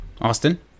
Austin